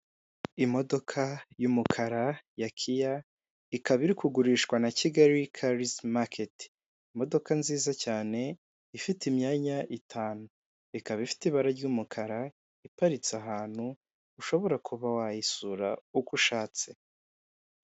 Imodoka y'umukara yakiya ikaba iri kugurishwa na Kigali karisi maketi. Imodoka nziza cyane ifite imyanya itanu, ikaba ifite ibara ry'umukara iparitse ahantu ushobora kuba wayisura uko ushatse.